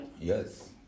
Yes